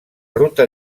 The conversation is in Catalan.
ruta